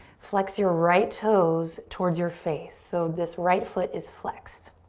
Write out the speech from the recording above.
flex your right toes towards your face. so this right foot is flexed.